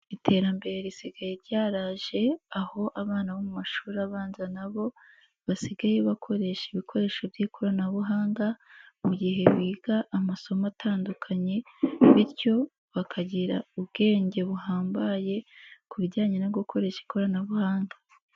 Iterambere risigaye ryaraje aho abana bo mu mashuri abanza na bo basigaye bakoresha ibikoresho by'ikoranabuhanga mu gihe biga amasomo atandukanye, bityo bakagira ubwenge buhambaye ku bijyanye no gukoresha ikoranabuhanga.